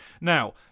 Now